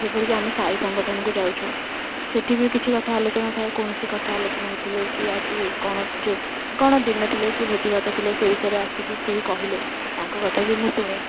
ଯେପରିକି ଆମେ ସାଇ ସଙ୍ଗଠନକୁ ଯାଉଛୁ ସେଠି ବି କିଛି କଥା ଆଲୋଚନା ଥାଏ କୌଣସି କଥା ଆଲୋଚନା ହେଇଥିଲେ କି ଆଜି ଏଇ କ'ଣ ଯେଉଁ କ'ଣ ଦିନ ଥିଲେ କି ଭୋଜି ଭାତ ଥିଲେ ସେ ବିଷୟରେ ଆସିକି କେହି କହିଲେ ତାଙ୍କ କଥା ବି ମୁଁ ଶୁଣେ